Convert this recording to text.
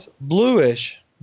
bluish